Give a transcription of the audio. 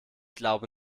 glaube